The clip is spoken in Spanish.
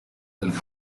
del